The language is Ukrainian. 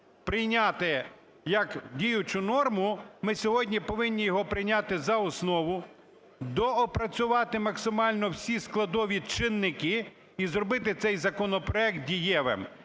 прийняти як діючу норму, ми сьогодні повинні його прийняти за основу, доопрацювати максимально всі складові чинники і зробити цей законопроект дієвим.